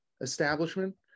establishment